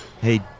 Hey